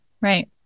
Right